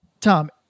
Tom